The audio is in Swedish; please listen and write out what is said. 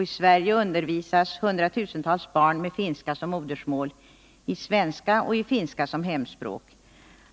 I Sverige undervisas hundratusentals barn med finska som modersmål i svenska samt i finska som hemspråk.